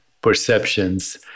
perceptions